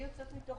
אני יוצאת מתוך